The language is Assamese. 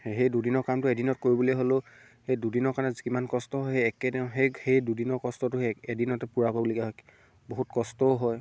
সেই দুদিনৰ কামটো এদিনত কৰিবলৈ হ'লেও সেই দুদিনৰ কাৰণে কিমান কষ্ট সেই একেদিন সেই সেই দুদিনৰ কষ্টটো সেই এদিনতে পূৰাবলগীয়া হয় কি বহুত কষ্টও হয়